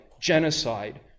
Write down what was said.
genocide